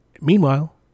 Meanwhile